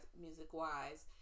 music-wise